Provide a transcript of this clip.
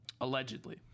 Allegedly